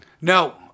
No